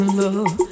love